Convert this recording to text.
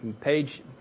page